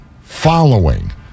following